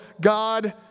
God